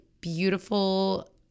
beautiful